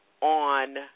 on